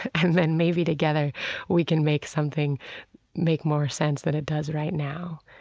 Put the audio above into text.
and then maybe together we can make something make more sense than it does right now.